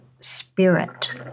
spirit